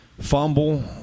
fumble